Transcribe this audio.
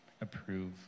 approve